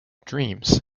dreams